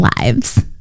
lives